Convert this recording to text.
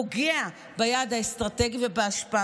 פוגע ביעד האסטרטגי ובהשפעה.